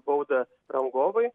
baudą rangovui